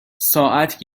ساعت